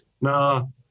Now